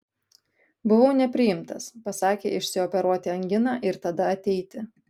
buvau nepriimtas pasakė išsioperuoti anginą ir tada ateiti